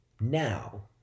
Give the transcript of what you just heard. Now